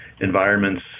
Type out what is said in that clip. environments